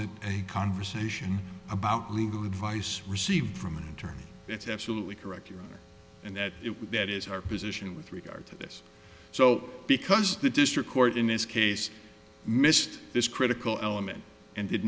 it a conversation about legal advice received from an attorney it's absolutely correct and that it would that is our position with regard to this so because the district court in this case missed this critical element and did